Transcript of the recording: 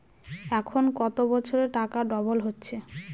এখন কত বছরে টাকা ডবল হচ্ছে?